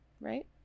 right